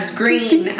green